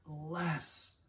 less